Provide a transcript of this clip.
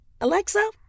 Alexa